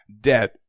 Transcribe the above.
dead